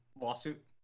lawsuit